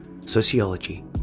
sociology